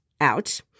out